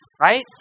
Right